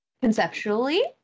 Conceptually